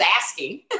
asking